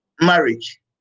marriage